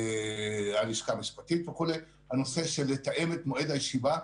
הלשכה המשפטית וכו', הנושא של תיאום מועד הישיבה.